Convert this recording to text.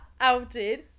outed